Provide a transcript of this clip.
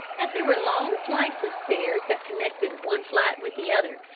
as there were long flights of stairs that connected one flat with the other,